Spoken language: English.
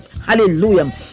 Hallelujah